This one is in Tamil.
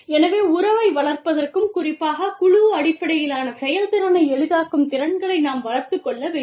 எனவே உறவை வளர்ப்பதற்கும் குறிப்பாகக் குழு அடிப்படையிலான செயல்திறனை எளிதாக்கும் திறன்களை நாம் வளர்த்துக் கொள்ள வேண்டும்